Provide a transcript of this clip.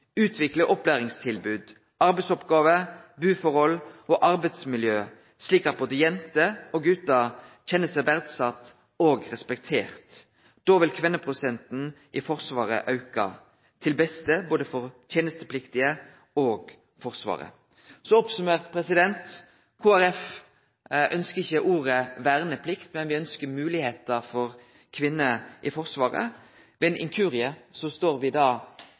opplæringstilbod, arbeidsoppgåver, buforhold og arbeidsmiljø slik at jenter og gutar kjenner seg verdsette og respekterte. Da vil kvinneprosenten i Forsvaret auke, til beste for både tenestepliktige og Forsvaret. Summert opp: Kristeleg Folkeparti ønskjer ikkje ordet «verneplikt», men me ønskjer moglegheiter for kvinner i Forsvaret. Ved ein inkurie står